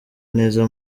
neza